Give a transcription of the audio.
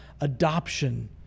adoption